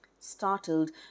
Startled